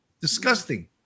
Disgusting